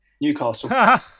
Newcastle